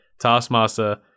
Taskmaster